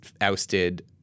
ousted